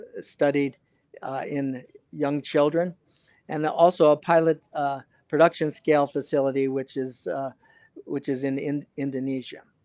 studied in young children and also a pilot production scale facility which is which is in in indonesia.